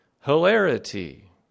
hilarity